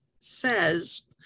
says